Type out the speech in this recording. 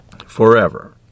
forever